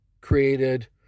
created